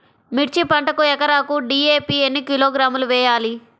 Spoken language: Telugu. మిర్చి పంటకు ఎకరాకు డీ.ఏ.పీ ఎన్ని కిలోగ్రాములు వేయాలి?